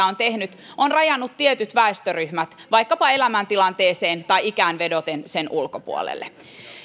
on tehnyt rajata tietyt väestöryhmät vaikkapa elämäntilanteeseen tai ikään vedoten sen ulkopuolelle